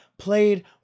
Played